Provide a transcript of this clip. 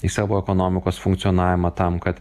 į savo ekonomikos funkcionavimą tam kad